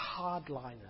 hardliners